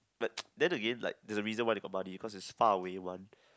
but then again like is the reason why they got buddy because is far away one